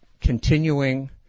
continuing